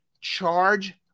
Charge